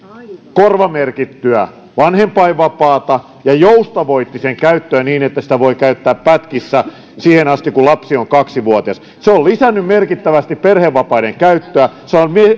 korvamerkittyä vanhempainvapaata ja joustavoitti sen käyttöä niin että sitä voi käyttää pätkissä siihen asti kun lapsi on kaksi vuotias se on lisännyt merkittävästi perhevapaiden käyttöä se on